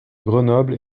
grenoble